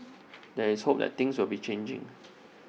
there is hope that things will be changing